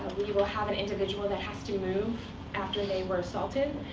we will have an individual that has to move after they were assaulted,